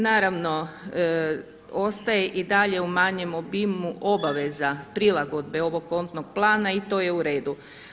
Naravno ostaje i dalje u manjem obimu obaveza prilagodbe ovog kontnog plana i to je u redu.